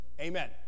Amen